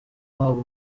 wabo